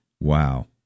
Wow